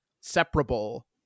separable